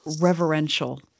Reverential